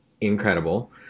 incredible